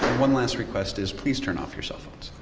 one last request is please turn off your cellphones.